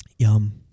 yum